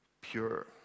pure